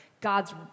God's